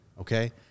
Okay